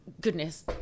goodness